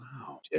Wow